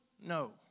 No